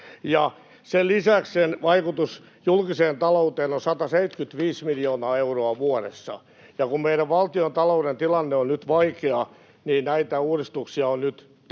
sen lisäksi sen vaikutus julkiseen talouteen on 175 miljoonaa euroa vuodessa, ja kun meidän valtiontalouden tilanne on nyt vaikea, niin näitä uudistuksia on nyt tehtävä.